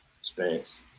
space